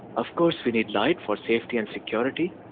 of course we need light for safety and security,